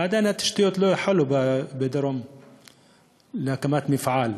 ועדיין בדרום לא החלו בהקמת התשתיות למפעל.